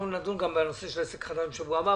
אנחנו נדון גם בנושא של עסק חדש בשבוע הבא,